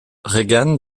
regan